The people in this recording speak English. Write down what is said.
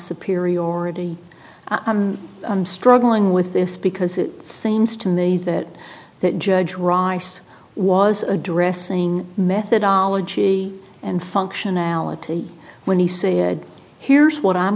already i'm struggling with this because it seems to me that that judge rice was addressing methodology and functionality when he says here's what i'm